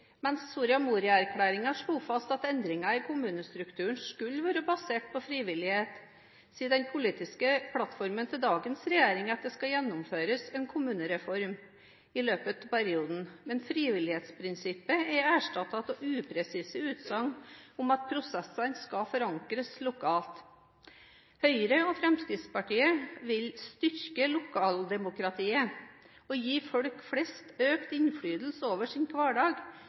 Soria Moria-erklæringen slo fast at endringer i kommunestrukturen skulle være basert på frivillighet, sier den politiske plattformen til dagens regjering at det skal gjennomføres en kommunereform i løpet av perioden. Men frivillighetsprinsippet er erstattet av upresise utsagn om at prosessene skal forankres lokalt. Høyre og Fremskrittspartiet vil styrke lokaldemokratiet og gi folk flest økt innflytelse over sin hverdag,